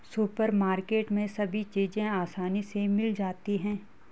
supermarket में सभी चीज़ें आसानी से मिल जाती है